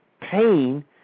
pain